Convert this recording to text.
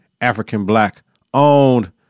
African-Black-owned